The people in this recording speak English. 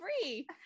free